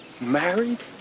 Married